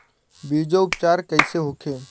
बीजो उपचार कईसे होखे?